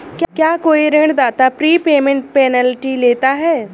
क्या कोई ऋणदाता प्रीपेमेंट पेनल्टी लेता है?